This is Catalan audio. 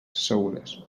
segures